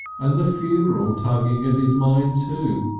and the funeral tugging at his mind, too,